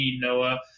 Noah